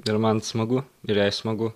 ir man smagu ir jai smagu